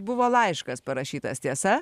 buvo laiškas parašytas tiesa